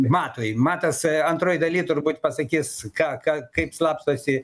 matui matas antroj daly turbūt pasakys ką ką kaip slapstosi